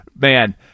man